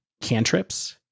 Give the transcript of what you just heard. cantrips